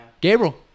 Gabriel